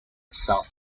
south